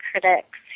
critics